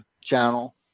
channel